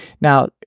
Now